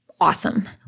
awesome